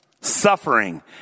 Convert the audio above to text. suffering